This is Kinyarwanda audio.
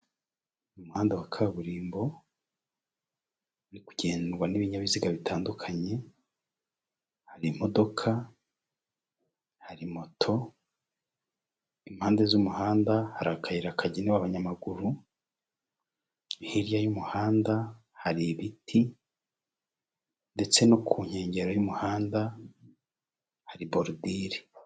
Umuhanda wa kaburimbo urikugendwa n'ibinyabiziga bitandukanye hari imodoka, hari moto, impande z'umuhanda hari akayira kagenewe abanyamaguru, hirya y'umuhanda hari ibiti ndetse no ku nkengero y'umuhanda hari borudiri.